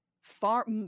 Far